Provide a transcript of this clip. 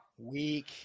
Weak